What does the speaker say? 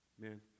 Man